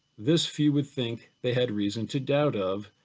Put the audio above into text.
this few would think they had reason to doubt of,